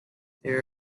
there